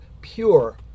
pure